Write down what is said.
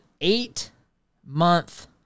eight-month